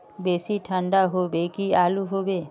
बेसी ठंडा होबे की आलू होबे